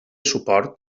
suport